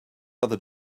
other